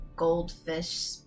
Goldfish